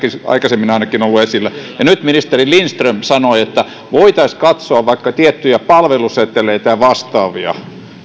aikaisemmin ainakin olleet esillä ja nyt ministeri lindström sanoi että voitaisiin katsoa vaikka tiettyjä palveluseteleitä ja vastaavia